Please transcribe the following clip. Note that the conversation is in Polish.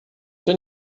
czy